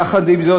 יחד עם זאת,